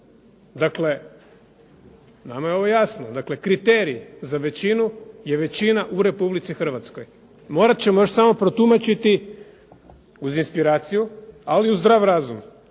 Dakle, nama je ovo jasno. Dakle, kriterij za većinu je većina u Republici Hrvatskoj. Morat ćemo još samo protumačiti uz inspiraciju, ali i uz zdrav razum,